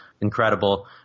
incredible